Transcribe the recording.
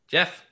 Jeff